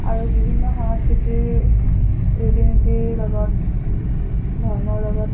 আৰু বিভিন্ন সাংস্কৃতিৰ ৰীতি নীতিৰ লগত ধৰ্মৰ লগত